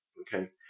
okay